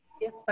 yes